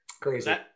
Crazy